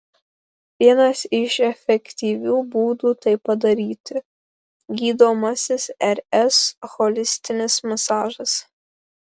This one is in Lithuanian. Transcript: vienas iš efektyvių būdų tai padaryti gydomasis rs holistinis masažas